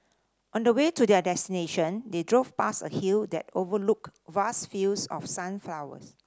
on the way to their destination they drove past a hill that overlooked vast fields of sunflowers